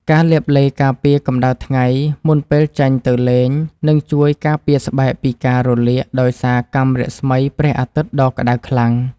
ការលាបឡេការពារកម្តៅថ្ងៃមុនពេលចេញទៅលេងនឹងជួយការពារស្បែកពីការរលាកដោយសារកាំរស្មីព្រះអាទិត្យដ៏ក្តៅខ្លាំង។